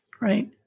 Right